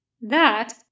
That